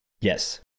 Yes